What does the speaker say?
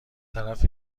طرف